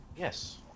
Yes